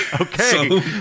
Okay